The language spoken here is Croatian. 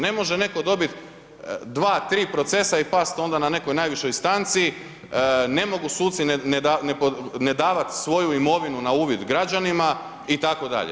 Ne može netko dobiti 2, 3 procesa i pasti onda na nekoj najvišoj instanci, ne mogu suci ne davati svoju imovinu na uvid građanima itd.